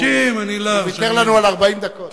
הוא ויתר לנו על 40 דקות.